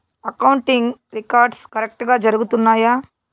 accounting records కరెక్టుగా జరుగుతున్నాయా